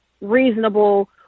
reasonable